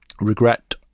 regret